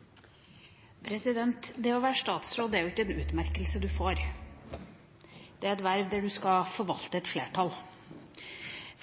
jo ikke en utmerkelse man får, det er et verv der man skal forvalte et flertall.